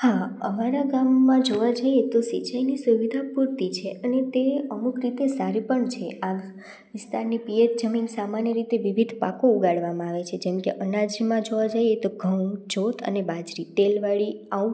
હા અમારા ગામમાં જોવા જઈએ તો સિંચાઇની સુવિધા પૂરતી છે અને તે અમૂક રીતે સારી પણ છે આ વિસ્તારની પીયત જમીન સામાન્ય રીતે વિવિધ પાકો ઉગાડવામાં આવે છે જેમ કે અનાજમાં જોવા જઈએ તો ઘઉં જ્યોત અને બાજરી તેલવાળી આઉટ